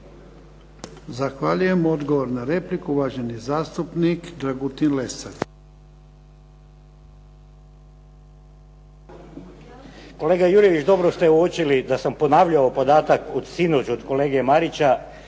Zahvaljujem. Odgovor na repliku uvaženi zastupnik Dragutin Lesar. **Lesar, Dragutin (Nezavisni)** Kolega Jurjević dobro ste uočili da sam ponavljao podatak od sinoć od kolege Marića,